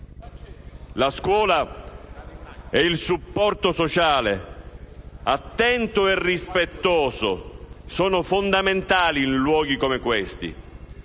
La scuola e il supporto sociale, attento e rispettoso, sono fondamentali in luoghi come questi.